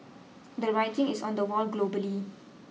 the writing is on the wall globally